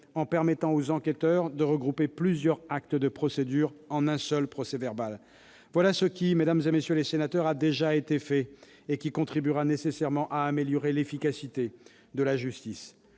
en permettant aux enquêteurs de regrouper plusieurs actes de procédure en un seul procès-verbal. Voilà, mesdames, messieurs les sénateurs, ce qui a déjà été fait et qui contribuera nécessairement à améliorer l'efficacité de la justice.